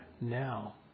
now